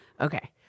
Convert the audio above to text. Okay